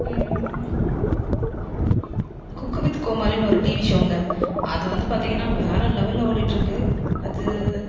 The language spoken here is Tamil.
குக்குவித் கோமாளின்னு ஒரு டிவி ஷோங்க அது வந்து பார்த்தீங்கன்னா வேறு லெவலில் ஓடிட்டுருக்கு அது